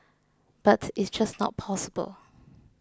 but it's just not possible